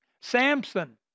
Samson